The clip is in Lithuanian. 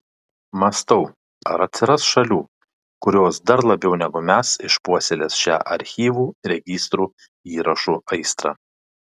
mąstau ar atsiras šalių kurios dar labiau negu mes išpuoselės šią archyvų registrų įrašų aistrą